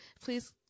please